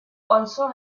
also